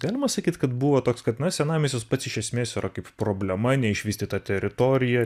galima sakyt kad buvo toks kad na senamiestis pats iš esmės yra kaip problema neišvystyta teritorija